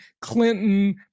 Clinton